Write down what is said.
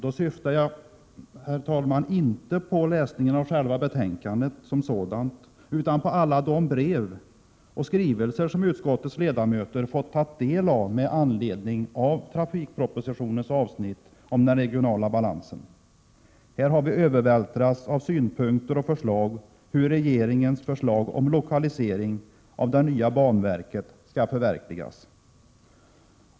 Då syftar jag, herr talman, inte på läsningen av betänkandet som sådant utan på alla de skrivelser som utskottets ledamöter fått ta del av med anledning av trafikpropositionens avsnitt om den regionala balansen. Här har vi övervältrats av synpunkter på hur regeringens förslag om lokalisering av det nya banverket skall förverkligas.